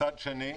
מצד שני,